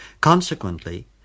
Consequently